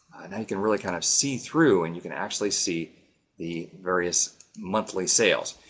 now, you can really kind of see through and you can actually see the various monthly sales.